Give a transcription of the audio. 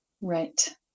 right